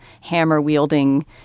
hammer-wielding